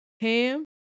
Ham